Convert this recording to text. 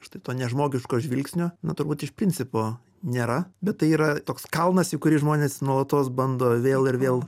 štai to nežmogiško žvilgsnio na turbūt iš principo nėra bet tai yra toks kalnas į kurį žmonės nuolatos bando vėl ir vėl